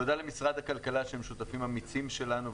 תודה למשרד הכלכלה על כך שהם שותפים אמיצים שלנו.